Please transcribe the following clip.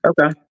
okay